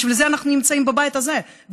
בשביל זה אנחנו נמצאים בבית הזה,